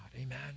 Amen